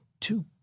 two